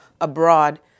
abroad